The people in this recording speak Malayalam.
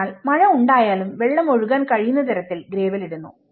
അതിനാൽ മഴ ഉണ്ടായാലും വെള്ളം ഒഴുകാൻ കഴിയുന്ന തരത്തിൽ ഗ്രേവൽ ഇടുന്നു